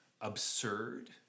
absurd